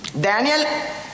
Daniel